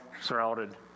surrounded